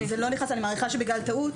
זה לא נכנס, אני מעריכה שבגלל טעות.